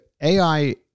AI